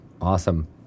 Awesome